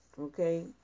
Okay